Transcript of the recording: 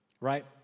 right